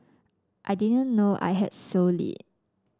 I didn't know I had sole lead